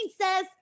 says